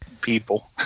people